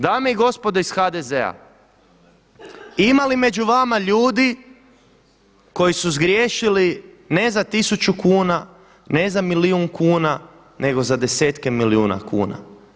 Dame i gospodo iz HDZ-a ima li među vama ljudi koji su zgriješili ne za tisuću kuna, ne za milijun kuna nego za desetke milijuna kuna?